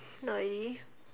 not really